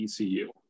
ecu